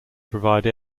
provide